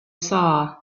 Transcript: saw